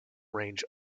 range